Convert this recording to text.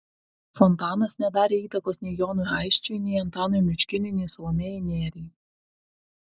fontanas nedarė įtakos nei jonui aisčiui nei antanui miškiniui nei salomėjai nėriai